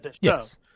Yes